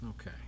Okay